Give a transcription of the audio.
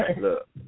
look